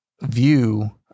view